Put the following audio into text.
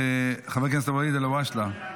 חבר הכנסת ואליד אלהואשלה --- איך מוותר?